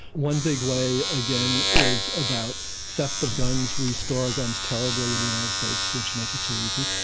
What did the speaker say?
one big way, again, is about theft of guns. we store our guns terribly in the united states, which makes it so easy.